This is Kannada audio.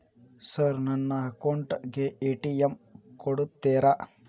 ಸರ್ ನನ್ನ ಅಕೌಂಟ್ ಗೆ ಎ.ಟಿ.ಎಂ ಕೊಡುತ್ತೇರಾ?